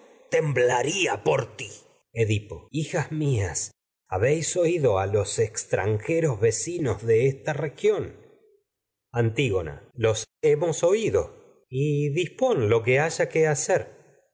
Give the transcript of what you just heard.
blaría por edipo hijas vecinos mías habéis oído a los extranjeros de esta región los hemos antígona oído y dispon lo que haya que hacer